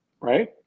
right